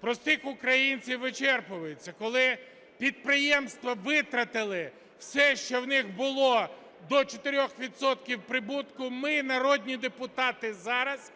простих українців вичерпуються, коли підприємства витратили все, що в них було, до 4 відсотків прибутку, ми, народні депутати зараз